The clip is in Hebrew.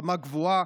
רמה גבוהה,